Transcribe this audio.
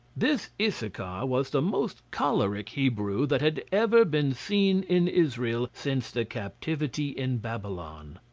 this issachar was the most choleric hebrew that had ever been seen in israel since the captivity in babylon.